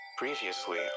previously